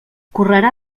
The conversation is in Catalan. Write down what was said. correrà